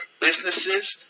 businesses